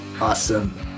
awesome